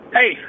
Hey